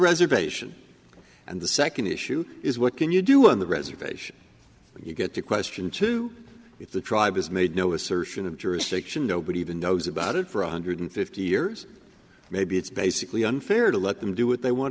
reservation and the second issue is what can you do on the reservation when you get to question two if the tribe is made no assertion of jurisdiction nobody even knows about it for one hundred fifty years maybe it's basically unfair to let them do what they want